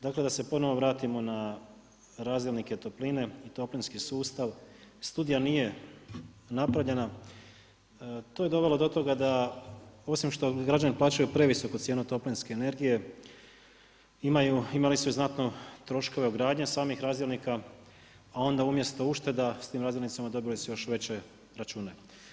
Dakle da se ponovno vratimo na razdjelnike topline i toplinski sustav, studija nije napravljena, to je dovelo do toga da osim što građani plaćaju previsoku cijenu toplinske energije imaju i imali su znatno troškove ugradnje samih razdjelnika, a onda umjesto ušteda s tim razdjelnicima dobili su još veće račune.